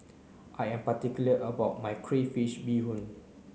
I am particular about my crayfish beehoon